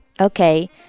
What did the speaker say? Okay